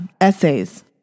essays